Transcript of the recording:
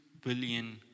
billion